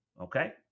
okay